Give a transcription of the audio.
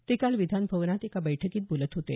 ते काल विधानभवनात एका बैठकीत बोलत होते